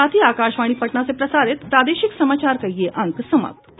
इसके साथ ही आकाशवाणी पटना से प्रसारित प्रादेशिक समाचार का ये अंक समाप्त हुआ